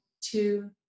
two